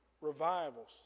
revivals